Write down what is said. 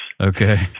Okay